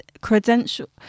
credential